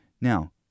Now